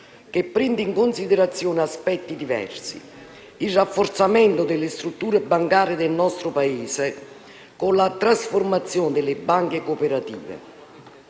che prende in considerazione aspetti diversi: il rafforzamento delle strutture bancarie del nostro Paese con la trasformazione delle banche cooperative,